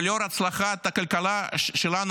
לאור הצלחת הכלכלה שלנו,